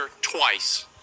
twice